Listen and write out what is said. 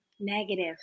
negative